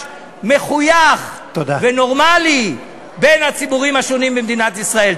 מחויך ונורמלי בין הציבורים השונים במדינת ישראל.